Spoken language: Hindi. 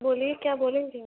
बोलिए क्या बोलेंगे